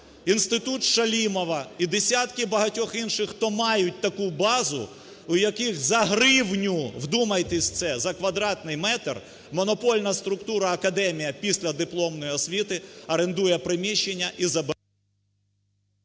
інститут Шалімова і десятки багатьох інших, хто мають таку базу, у яких за гривню, вдумайтесь в це, за квадратний метр монопольна структура академія післядипломної освіти орендує приміщення і забирає…